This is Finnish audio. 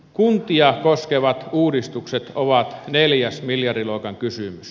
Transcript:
kuntia koskevat uudistukset ovat neljäs miljardiluokan kysymys